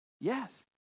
Yes